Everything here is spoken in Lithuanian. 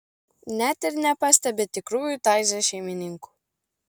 net ir nepastebi tikrųjų taize šeimininkų